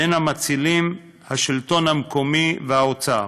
בין המצילים, השלטון המקומי והאוצר,